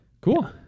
Cool